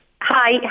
Hi